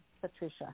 Patricia